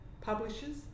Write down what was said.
publishers